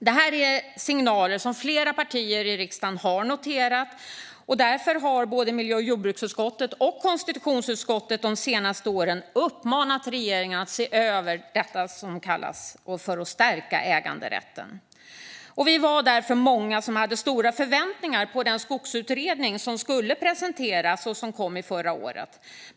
Detta är signaler som flera partier i riksdagen har noterat, och därför har både miljö och jordbruksutskottet och konstitutionsutskottet de senaste åren uppmanat regeringen att se över detta och stärka äganderätten. Vi var därför många som hade stora förväntningar på den skogsutredning som skulle presenteras och som kom förra året.